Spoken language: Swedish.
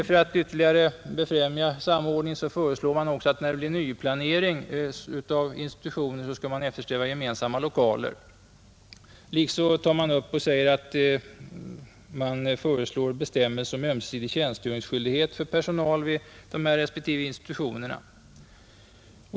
För att ytterligare främja samordningen föreslås att man vid nyplanering av pedagogiska institutioner vid universitet och lärarhögskola bör eftersträva gemensamma lokaler. Vidare föreslår man bestämmelser om ömsesidig tjänstgöringsskyldighet för personal vid respektive institutioner.